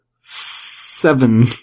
seven